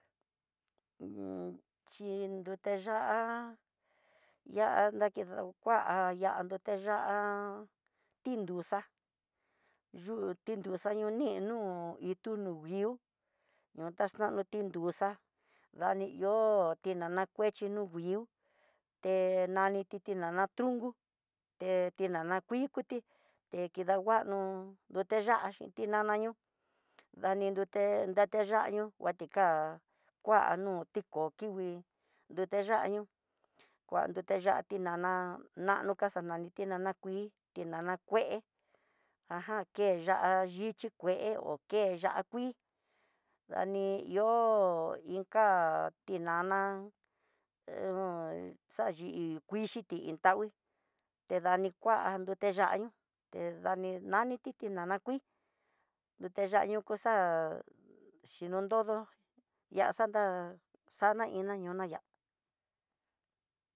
xhin yuté ya'á, ya nakidankua ya nakido ndute ya'á tinduxa yuu tinduxa ñoni nó'o, ituu no nguió taxtano ti nruxa a ihó tinana kuexhi no nguiú, te naniti tinana trunku, te tinana kui kuté te danguano nrute ya'á xhin tinana, ño nadi nruteyanió nratika kua no tiko, kingui nruteya'á nió ngua nrute ya'á tinana nano kaxano tinana kui, tinana kué ajan ke ya'á yixhi kué hó, ke ya'á kui dani ihó inka tinana he xayii kuxhiti iintangui, tedanikua nrute yanió te naniti tinana kui, nrute xanió kuxa'á xhinonyodo ihá xanda xa'na ina yona ihá.